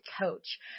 coach